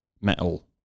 metal